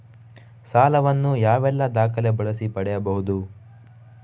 ಸಾಲ ವನ್ನು ಯಾವೆಲ್ಲ ದಾಖಲೆ ಬಳಸಿ ಪಡೆಯಬಹುದು?